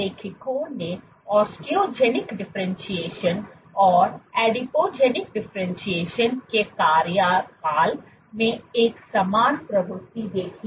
लेखकों ने osteogenic differentiation और एडिपोजेनिक डिफरेंटशिएशन के कार्यकाल में एक समान प्रवृत्ति देखी